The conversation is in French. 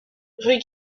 rue